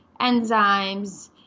enzymes